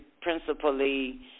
principally